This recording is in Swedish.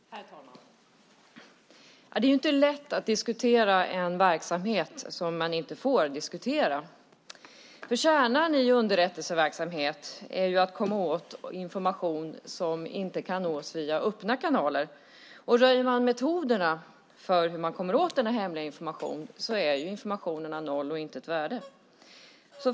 Herr talman! Det är inte lätt att diskutera en verksamhet som man inte får diskutera. Kärnan i underrättelseverksamhet är ju att komma åt information som inte kan nås via öppna kanaler. Röjer man metoderna för hur man kommer åt denna hemliga information är informationen av noll och intet värde.